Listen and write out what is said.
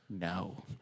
No